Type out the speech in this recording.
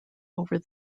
over